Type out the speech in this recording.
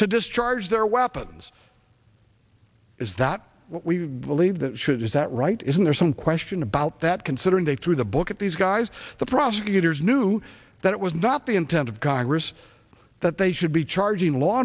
to discharge their weapons is that we believe that should has that right isn't there some question about that considering they threw the book at these guys the prosecutors knew that it was not the intent of congress that they should be charging law